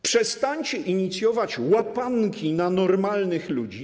Przestańcie inicjować łapanki na normalnych ludzi.